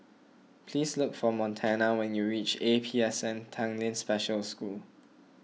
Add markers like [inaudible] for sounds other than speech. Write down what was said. please look for [noise] Montana when you reach A P S N Tanglin Special School